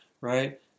right